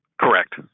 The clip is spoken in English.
Correct